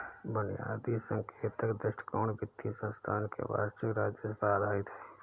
बुनियादी संकेतक दृष्टिकोण वित्तीय संस्थान के वार्षिक राजस्व पर आधारित है